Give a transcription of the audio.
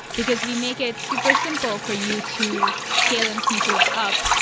because we make it super simple for you to scale instances up.